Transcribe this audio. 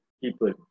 people